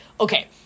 Okay